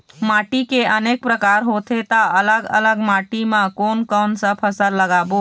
माटी के अनेक प्रकार होथे ता अलग अलग माटी मा कोन कौन सा फसल लगाबो?